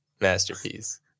masterpiece